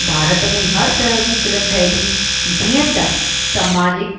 भारत में हर तरह जी फिल्म ठहे थी जीअं त सामाजिक